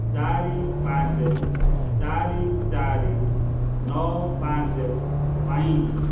ଚାରି ପାଞ୍ଚ ଚାରି ଚାରି ନଅ ପାଞ୍ଚ ପାଇଁ